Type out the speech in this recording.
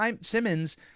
simmons